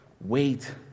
Wait